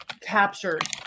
captured